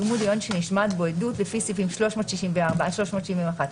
ואם הוא דיון שנשמעת בו עדות לפי סעיפים 364 עד 371,